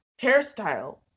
hairstyle